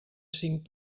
cinc